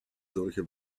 solche